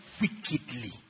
wickedly